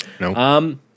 No